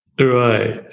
Right